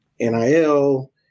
NIL